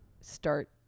start